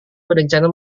berencana